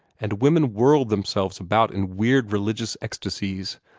and women whirled themselves about in weird religious ecstasies,